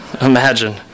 imagine